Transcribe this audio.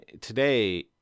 today